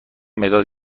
مداد